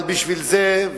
אבל בשביל זה,